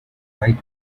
right